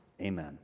amen